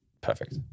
perfect